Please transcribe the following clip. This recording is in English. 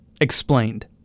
Explained